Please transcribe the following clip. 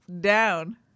down